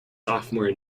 sophomore